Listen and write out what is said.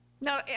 No